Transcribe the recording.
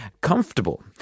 comfortable